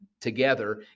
together